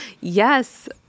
Yes